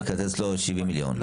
הוא יקצץ לו 70 מיליון.